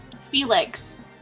Felix